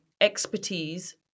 expertise